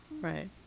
right